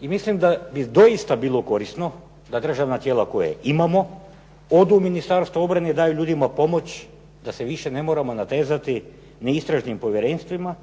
I mislim da bi doista bilo korisno da državna tijela koje imamo odu u Ministarstvo obrane, daju ljudima pomoć da se više ne moramo natezati ni istražnim povjerenstvima,